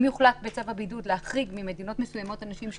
אם יוחלט בצו הבידוד להחריג ממדינות מסוימות אנשים,